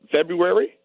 February